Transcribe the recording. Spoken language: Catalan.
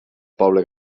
poble